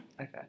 Okay